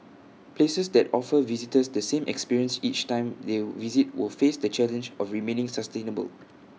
places that offer visitors the same experience each time they visit will face the challenge of remaining sustainable